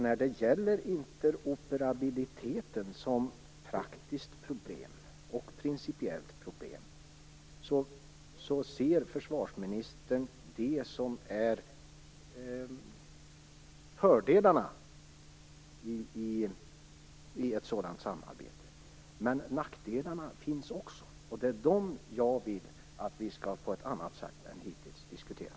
När det gäller interoperabiliteten som praktiskt och principiellt problem konstaterar jag att försvarsministern ser fördelarna i ett sådant samarbete. Men det finns också nackdelar. Det är dem jag vill att vi på ett annat sätt än hittills skall diskutera.